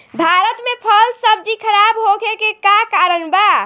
भारत में फल सब्जी खराब होखे के का कारण बा?